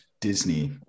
Disney